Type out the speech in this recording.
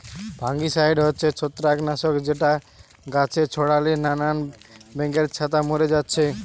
fungicide হচ্ছে ছত্রাক নাশক যেটা গাছে ছোড়ালে নানান ব্যাঙের ছাতা মোরে যাচ্ছে